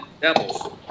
Devils